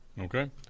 okay